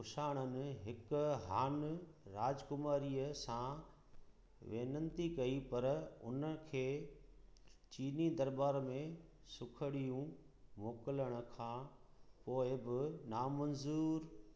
कुछाणन में हिक हानि राजकुमारीअ सां वेनिती कई पर हुन खे चीनी दरॿार में सूखड़ियूं मोकिलण खां पोइ बि नामंज़ूरु